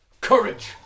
Courage